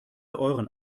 euren